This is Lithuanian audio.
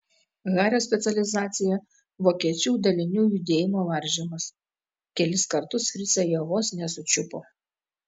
hario specializacija vokiečių dalinių judėjimo varžymas kelis kartus fricai jo vos nesučiupo